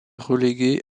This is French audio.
relégué